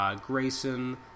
Grayson